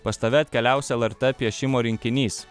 pas tave atkeliaus lrt piešimo rinkinys